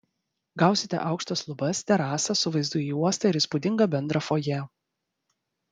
gausite aukštas lubas terasą su vaizdu į uostą ir įspūdingą bendrą fojė